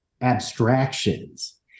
abstractions